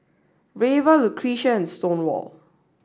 Reva Lucretia and Stonewall